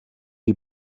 die